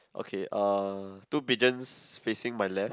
okay uh two pigeons facing my left